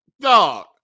Dog